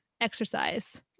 exercise